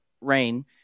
rain